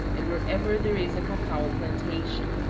and wherever there is a cacao plantation.